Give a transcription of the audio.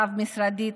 רב-משרדית,